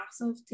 massive